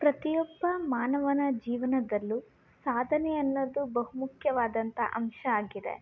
ಪ್ರತಿಯೊಬ್ಬ ಮಾನವನ ಜೀವನದಲ್ಲು ಸಾಧನೆಯನ್ನೋದು ಬಹು ಮುಖ್ಯವಾದಂತ ಅಂಶ ಆಗಿದೆ